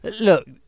Look